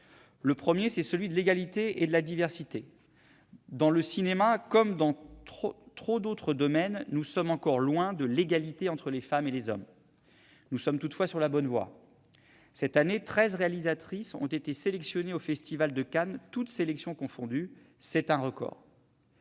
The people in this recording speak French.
Le premier enjeu est celui de l'égalité et de la diversité. Dans le cinéma, comme dans trop d'autres domaines, nous sommes encore loin de l'égalité entre les femmes et les hommes. Nous sommes toutefois sur la bonne voie. Cette année, treize réalisatrices ont été sélectionnées au Festival de Cannes, toutes sélections confondues. C'est un record.